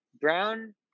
Brown